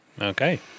Okay